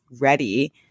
ready